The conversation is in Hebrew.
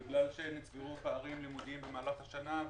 בגלל שנצברו פערים לימודיים במהלך השנה,